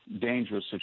dangerous